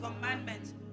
commandments